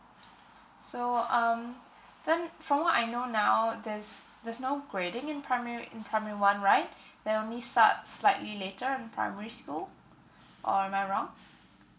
so um then from what I know now there's there's no grading in primary in primary one right they only start slightly later in primary school or am I wrong